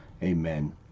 amen